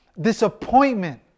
disappointment